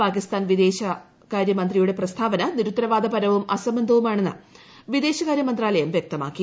പാകിസ്ഥാൻ വിദേശമന്ത്രിയുടെ പ്രസ്താവന നിരുത്തരവാദപരവും അസംബന്ധവുമാണെന്ന് വിദേശകാര്യമന്ത്രാലയം വൃക്തമാക്കി